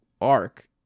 arc